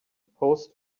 supposed